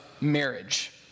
marriage